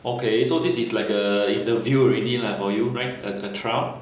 okay so this is like a interview already lah for you a trial